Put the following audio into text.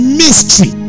mystery